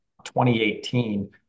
2018